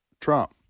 Trump